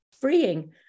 freeing